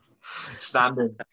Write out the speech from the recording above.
Standing